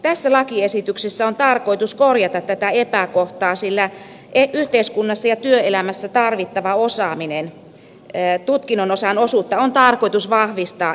tässä lakiesityksessä on tarkoitus korjata tätä epäkohtaa sillä yhteiskunnassa ja työelämässä tarvittava osaaminen tutkinnon osan osuutta on tarkoitus vahvistaa entisestään